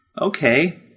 Okay